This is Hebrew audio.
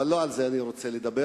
אבל לא על זה אני רוצה לדבר.